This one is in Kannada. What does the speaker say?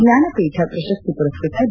ಜ್ವಾನಪೀಠ ಪ್ರಶಸ್ತಿ ಪುರಸ್ಕತ ದ